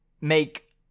make